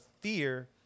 fear